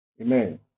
amen